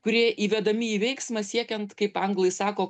kurie įvedami į veiksmą siekiant kaip anglai sako